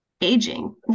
aging